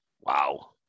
Wow